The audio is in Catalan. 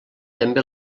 també